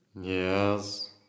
Yes